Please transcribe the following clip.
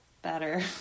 better